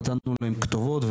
נתנו להם כתובות,